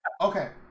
Okay